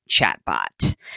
chatbot